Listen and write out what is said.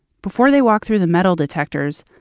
before they walk through the metal detectors,